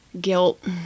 Guilt